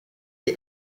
des